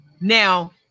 Now